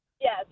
Yes